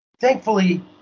thankfully